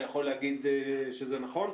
אתה יכול להגיד שזה נכון?